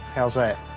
how's that?